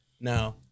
Now